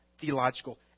theological